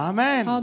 Amen